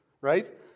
right